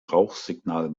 rauchsignal